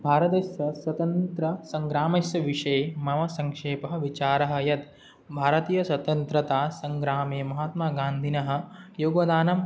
भारतस्य स्वतन्त्रसंग्रामस्य विषये मम संक्षेपः विचारः यत् भारतीयस्वतन्त्रता संग्रामे महात्मगान्धिनः योगदानं